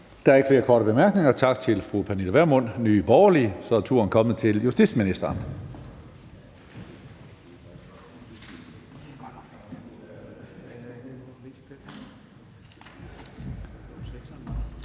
Der er ikke flere korte bemærkninger. Tak til fru Pernille Vermund, Nye Borgerlige. Så er turen kommet til justitsministeren.